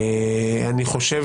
אני חושב